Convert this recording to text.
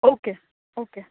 okay okay